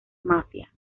mafia